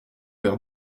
verre